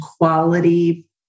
quality